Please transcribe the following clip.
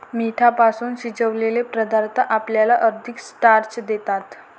पिठापासून शिजवलेले पदार्थ आपल्याला अधिक स्टार्च देतात